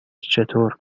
چطور